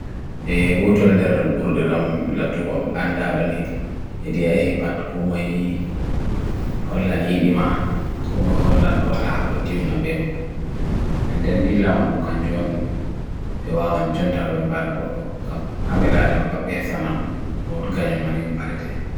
e goutul der buruliram lathu gob an daadoni edi e hi pad kumai holan i dima kumai holan doadahakro diwna bema nnden idla wan bukhan jwon ewa wan jwontar wembarakot to habela wan papesananon tganyom ani wembarate